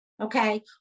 Okay